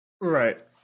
Right